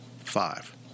Five